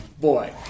boy